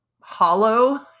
hollow